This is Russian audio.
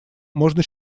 можно